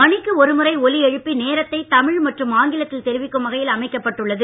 மணிக்கு ஒருமுறை ஒலி எழுப்பி நேரத்தை தமிழ் மற்றும் ஆங்கிலத்தில் தெரிவிக்கும் வகையில் அமைக்கப்பட்டு உள்ளது